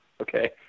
okay